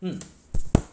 mm